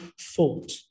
thought